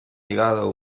llegado